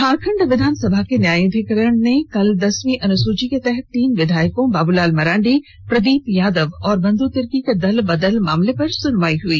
झारखंड विधानसभा के न्यायाधीकरण में कल दसवीं अनुसूची के तहत तीन विधायकों बाबूलाल मरांडी प्रदीप यादव और बंधु तिर्की के दल बदल मामले पर सुनवाई हुई